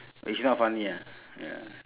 it's not funny ah ya